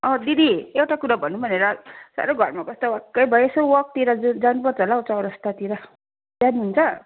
अँ दिदी एउटा कुरा भनौँ भनेर साह्रो घरमा बस्दा वाक्कै भएँ यसो वाकतिर जाउँ जानुपर्छ होला हो चौरस्तातिर जानुहुन्छ